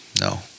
no